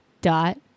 dot